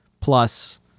plus